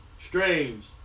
strange